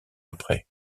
après